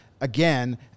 again